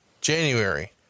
January